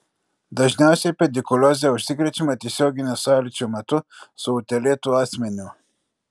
dažniausiai pedikulioze užsikrečiama tiesioginio sąlyčio metu su utėlėtu asmeniu